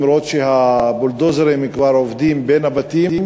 למרות שהבולדוזרים כבר עובדים בין הבתים,